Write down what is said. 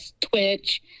Twitch